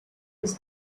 his